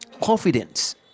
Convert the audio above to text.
Confidence